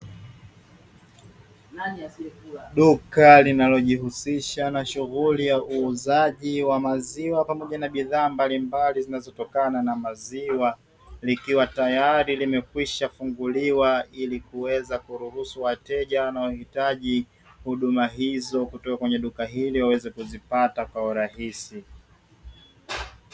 Duka linalojihusisha na shughuli ya uuzaji wa maziwa pamoja na bidhaa mbalimbali zinazotokana na maziwa, likiwa tayari limekwisha funguliwa ili kuweza kuruhusu wateja wanaohitaji huduma hizo kutoka kwenye duka hili waweze kuzipata kwa urahisi.